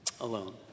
alone